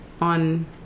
on